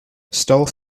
stole